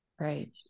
Right